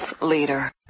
leader